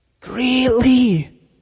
greatly